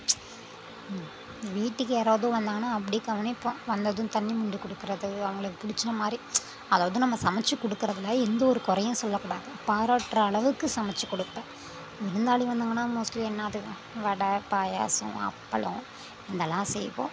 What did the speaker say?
ம் வீட்டுக்கு யாராவது வந்தாங்கன்னா அப்படி கவனிப்போம் வந்ததும் தண்ணி மொண்டு கொடுக்கறது அவுங்களுக்கு பிடிச்ச மாதிரி அதாவது நம்ம சமைச்சி கொடுக்கறதுல எந்த ஒரு குறையும் சொல்லக்கூடாது பாராட்டுற அளவுக்கு சமைச்சி கொடுப்பேன் விருந்தாளி வந்தாங்கன்னா மோஸ்ட்லி என்னத்துக்கு வடை பாயாசம் அப்பளம் இதெல்லாம் செய்வோம்